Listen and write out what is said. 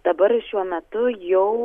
dabar šiuo metu jau